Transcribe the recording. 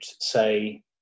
say